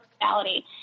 personality